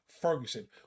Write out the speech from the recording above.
ferguson